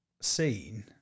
seen